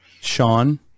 Sean